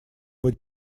быть